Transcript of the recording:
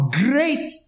great